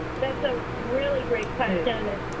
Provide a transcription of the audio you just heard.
that's a really great question.